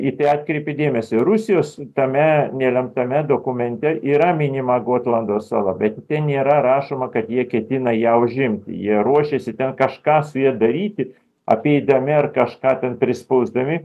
į tai atkreipė dėmesį rusijos tame nelemtame dokumente yra minima gotlando sala bet ten nėra rašoma kad jie ketina ją užimti jie ruošėsi ten kažką su ja daryti apeidami ar kažką ten prispausdami